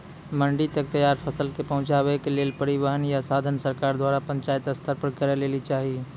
मंडी तक तैयार फसलक पहुँचावे के लेल परिवहनक या साधन सरकार द्वारा पंचायत स्तर पर करै लेली चाही?